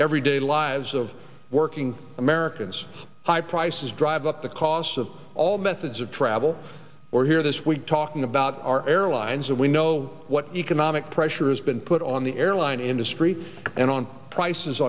everyday lives of working americans high prices drive up the costs of all methods of travel or here this week talking about our airlines and we know what economic pressure has been put on the airline industry and on prices